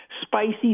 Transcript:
Spicy